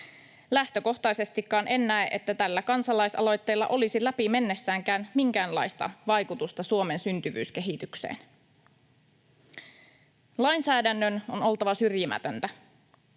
Lähtökohtaisestikaan en näe, että tällä kansalaisaloitteella olisi läpi mennessäänkään minkäänlaista vaikutusta Suomen syntyvyyskehitykseen. Lainsäädännön on oltava syrjimätöntä.